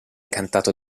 cantato